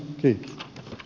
kiitos